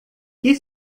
que